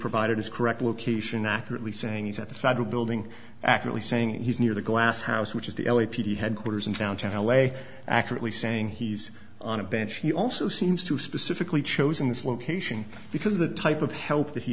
provided as correct location accurately saying he's at the federal building accurately saying that he's near the glass house which is the l a p d headquarters in downtown l a accurately saying he's on a bench he also seems to specifically chosen this location because of the type of help that he